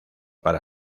para